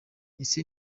ese